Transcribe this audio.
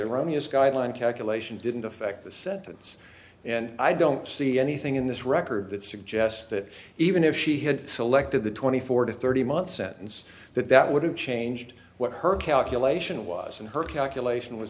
iranians guideline calculations didn't affect the sentence and i don't see anything in this record that suggests that even if she had selected the twenty four to thirty month sentence that that would have changed what her calculation was and her calculation was